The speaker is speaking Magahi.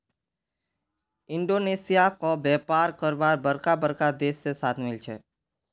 इंडोनेशिया क व्यापार करवार बरका बरका देश से साथ मिल छे